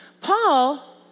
Paul